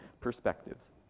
perspectives